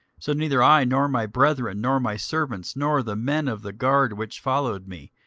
so neither i, nor my brethren, nor my servants, nor the men of the guard which followed me,